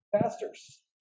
pastors